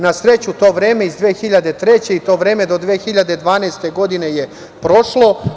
Na sreću, to vreme iz 2003. i to vreme do 2012. godine je prošlo.